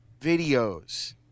videos